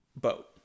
boat